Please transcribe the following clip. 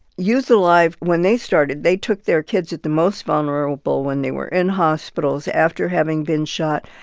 youth alive, when they started, they took their kids at the most vulnerable, when they were in hospitals, after having been shot,